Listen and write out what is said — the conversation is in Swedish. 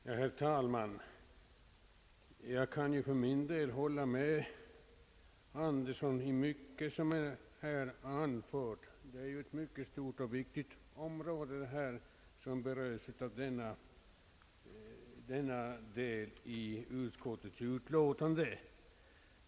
Herr talman! Jag kan hålla med herr Andersson i mycket av vad han här har anfört. Det är ett mycket stort och viktigt område som berörs av denna del i utskottets utlåtande.